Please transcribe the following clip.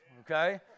okay